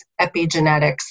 epigenetics